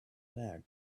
lag